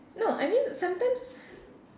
no I mean sometimes